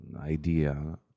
idea